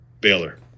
Baylor